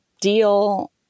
deal